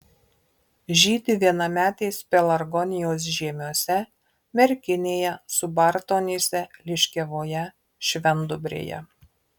žydi vienametės pelargonijos žiemiuose merkinėje subartonyse liškiavoje švendubrėje